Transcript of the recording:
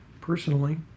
personally